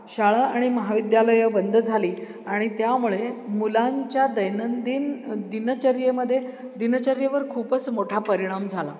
शाळा आणि महाविद्यालयं बंद झाली आणि त्यामुळे मुलांच्या दैनंदिन दिनचर्येमध्ये दिनचर्येवर खूपच मोठा परिणाम झाला